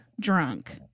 drunk